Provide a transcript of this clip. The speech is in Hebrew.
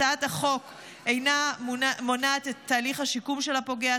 הצעת החוק אינה מונעת את תהליך השיקום של הפוגע,